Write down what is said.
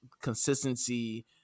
consistency